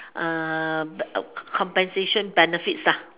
compensation benefits